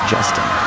Justin